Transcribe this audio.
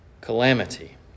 calamity